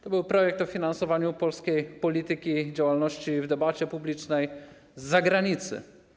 To był projekt o finansowaniu polskiej polityki i działalności w debacie publicznej z zagranicy.